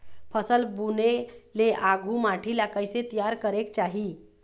फसल बुने ले आघु माटी ला कइसे तियार करेक चाही?